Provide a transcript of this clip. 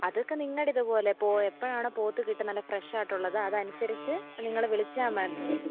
അതൊക്കെ നിങ്ങളുടെ ഇത് പോലെ പോ എപ്പോഴാണോ പോത്ത് കിട്ടുന്നത് നല്ല ഫ്രഷ് ആയിട്ടുള്ളത് അതനുസരിച്ച് നിങ്ങൾ വിളിച്ചാൽ മതി